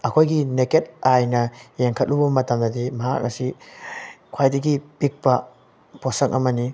ꯑꯩꯈꯣꯏꯒꯤ ꯅꯦꯀꯦꯠ ꯑꯥꯏꯅ ꯌꯦꯡꯈꯠꯂꯨꯕ ꯃꯇꯝꯗꯗꯤ ꯃꯍꯥꯛ ꯑꯁꯤ ꯈ꯭ꯋꯥꯏꯗꯒꯤ ꯄꯤꯛꯄ ꯄꯣꯠꯁꯛ ꯑꯃꯅꯤ